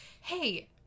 Hey